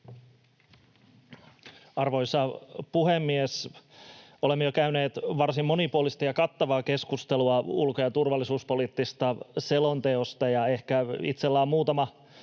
Arvoisa puhemies! Olemme jo käyneet varsin monipuolista ja kattavaa keskustelua ulko- ja turvallisuuspoliittisesta selonteosta,